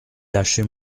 lâchez